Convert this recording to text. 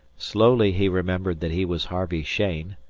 slowly he remembered that he was harvey cheyne,